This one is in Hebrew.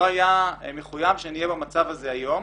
לא היה מחויב שנהיה במצב הזה היום.